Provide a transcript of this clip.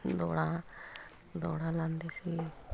ਦੌੜਾਂ ਦੌੜਾਂ ਲਾਉਂਦੇ ਸੀ